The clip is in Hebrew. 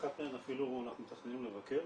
באחת מהן אפילו אנחנו מתכננים לבקר,